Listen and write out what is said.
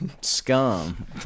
scum